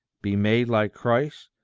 be made like christ,